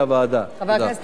חבר הכנסת אמנון כהן,